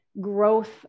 growth